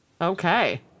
Okay